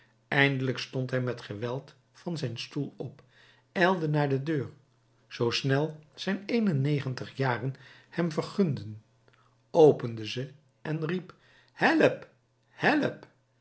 eindelijk stond hij met geweld van zijn stoel op ijlde naar de deur zoo snel zijn een en negentig jaren hem vergunden opende ze en riep help help